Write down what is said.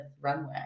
Runway